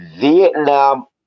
Vietnam